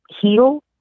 heal